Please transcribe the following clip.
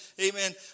Amen